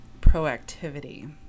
proactivity